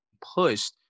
pushed